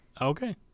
Okay